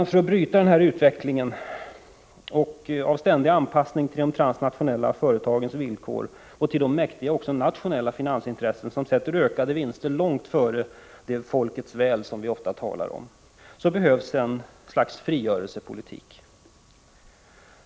För att bryta utvecklingen av ständig anpassning till de transnationella företagens villkor och till de mäktiga nationella finansintressen som sätter ökade vinster långt före det folkets väl som vi ofta talar om behövs ett slags frigörelsepolitik.